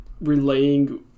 Relaying